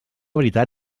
veritat